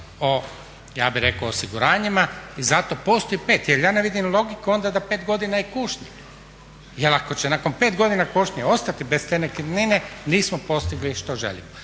o ja bih rekao osiguranjima i zato postoji pet, jer ja ne vidim logiku onda da pet godina je kušnje. Jer ako će nakon pet godina kušnje ostati bez te nekretnine nismo postigli što želimo.